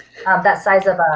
that size of